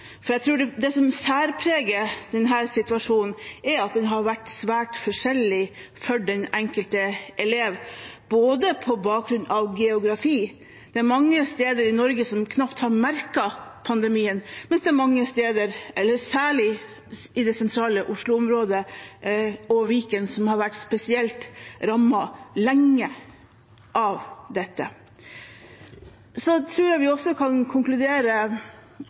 Jeg tror det som særpreger denne situasjonen, er at den har vært svært forskjellig for den enkelte elev på bakgrunn av geografi. Det er mange steder i Norge som knapt har merket pandemien, mens det særlig i det sentrale Oslo-området og Viken er mange steder som har vært spesielt rammet – lenge – av dette. Jeg tror også vi allerede nå kan konkludere